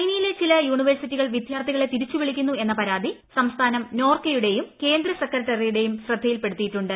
ചൈനയിലെ ചില യൂണിവേഴ്സിറ്റികൾ വിദ്യാർത്ഥികളെ തിരിച്ചുവിളിക്കുന്നു എന്ന പരാതി സംസ്ഥാനം നോർക്കയുടേയും കേന്ദ്ര സെക്രട്ടറിയുടേയും ശ്രദ്ധയിൽപ്പെടുത്തിയിട്ടുണ്ട്